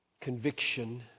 conviction